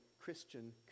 Christian